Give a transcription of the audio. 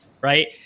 right